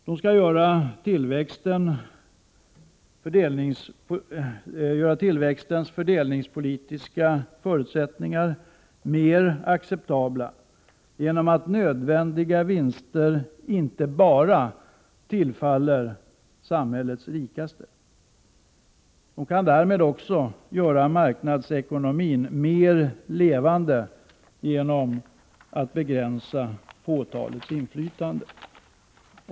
De skall göra tillväxtens fördelningspolitiska förutsättningar mer acceptabla genom att nödvändiga vinster inte bara tillfaller samhällets rikaste. De kan därmed också göra marknadsekonomin mer levande genom att begränsa fåtalets inflytande.